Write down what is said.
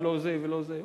ולא זה ולא זה.